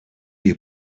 you